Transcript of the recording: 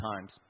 times